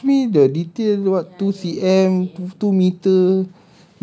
you ask me the detail what two C_M two two metre